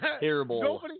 terrible